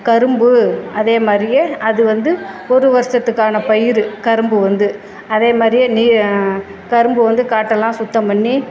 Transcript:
கரும்பு அதே மாதிரியே அது வந்து ஒரு வருசத்துக்கான பயிர் கரும்பு வந்து அதே மாதிரியே நீ கரும்பு வந்து காட்டெல்லாம் சுத்தம் பண்ணி